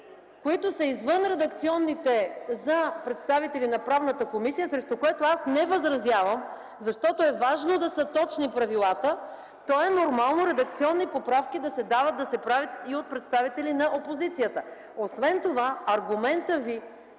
промени – извън редакционните – за представителите на Правната комисия, срещу това не възразявам, защото е важно да са точни правилата, то е нормално редакционни поправки да се дават и да се правят и от представители на опозицията. Освен това, аргументът Ви